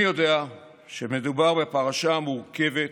אני יודע שמדובר בפרשה מורכבת,